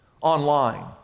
online